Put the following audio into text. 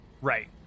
Right